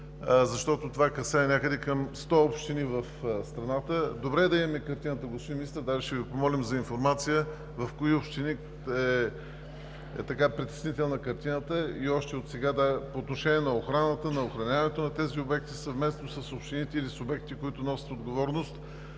защото касае някъде към 100 общини в страната. Добре е да имаме картината, господин Министър, и ще Ви помолим за информация в кои общини е притеснителна картината още от сега. По отношение на охраната и охраняването на тези обекти или субекти, които носят отговорност,